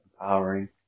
empowering